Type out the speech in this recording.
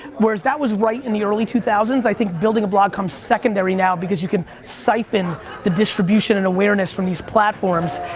whereas that was right in the early two thousand s, i think building a blog comes secondary now because you can siphon the distribution and awareness from these platforms.